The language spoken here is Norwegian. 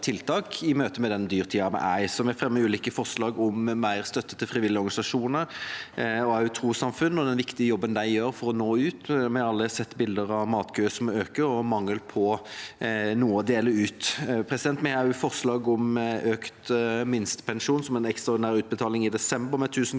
tiltak i møte med den dyrtida vi er i, så vi fremmer ulike forslag om mer støtte til frivillige organisasjoner og trossamfunn og den viktige jobben de gjør for å nå ut. Vi har alle sett bilder av matkøene som øker, og hørt om mangelen på noe å dele ut. Vi har også forslag om økt minstepensjon som en ekstraordinær utbetaling i desember på 1 000 kr,